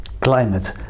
climate